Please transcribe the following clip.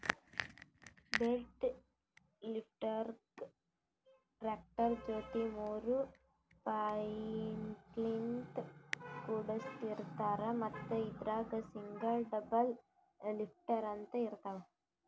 bale ಲಿಫ್ಟರ್ಗಾ tractor ಜೊತಿ ಮೂರ್ ಪಾಯಿಂಟ್ಲಿನ್ತ್ ಕುಡಸಿರ್ತಾರ್ ಮತ್ತ್ ಇದ್ರಾಗ್ ಸಿಂಗಲ್ ಡಬಲ್ ಲಿಫ್ಟರ್ ಅಂತ್ ಇರ್ತವ್